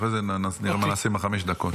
אחרי זה נראה מה נעשה עם חמש הדקות.